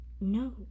no